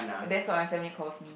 that's what my family calls me